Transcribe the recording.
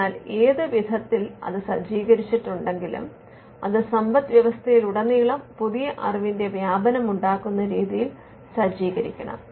അതിനാൽ ഏത് വിധത്തിൽ അത് സജ്ജീകരിച്ചിട്ടുണ്ടെങ്കിലും അത് സമ്പദ്വ്യവസ്ഥയിലുടനീളം പുതിയ അറിവിന്റെ വ്യാപനമുണ്ടാക്കുന്ന രീതിയിൽ സജ്ജീകരിക്കണം